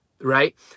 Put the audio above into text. right